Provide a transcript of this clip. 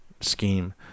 scheme